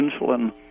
insulin